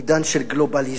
עידן של גלובליזציה,